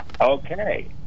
Okay